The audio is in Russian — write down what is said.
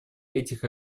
этих